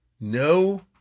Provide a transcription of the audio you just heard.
No